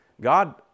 God